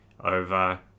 over